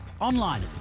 Online